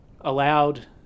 allowed